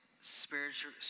spiritual